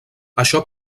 això